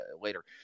later